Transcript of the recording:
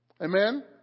amen